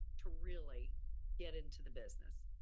to really get into the business.